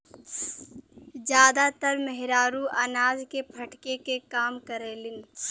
जादातर मेहरारू अनाज के फटके के काम करेलिन